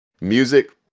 Music